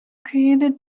created